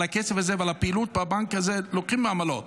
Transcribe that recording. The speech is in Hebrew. על הכסף הזה ועל הפעילות בבנק הזה לוקחים עמלות.